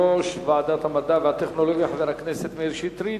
תודה ליושב-ראש ועדת המדע והטכנולוגיה חבר הכנסת מאיר שטרית.